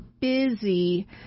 busy